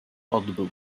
odbył